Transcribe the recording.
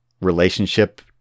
relationship